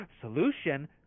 Solution